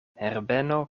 herbeno